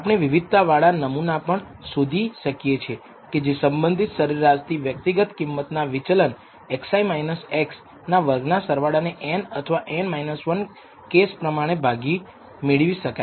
આપણે વિવિધતા વાળા નમૂના પણ શોધી શકીએ કે જે સંબંધિત સરેરાશથી વ્યક્તિગત કિંમતના વિચલન xi x ના વર્ગના સરવાળાને n અથવા n 1 કેશ પ્રમાણે ભાગી મેળવી શકાય